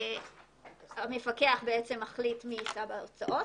שהמפקח מחליט מי יישא בהוצאות,